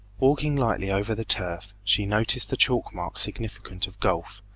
walking lightly over the turf, she noticed the chalk marks significant of golf,